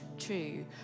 true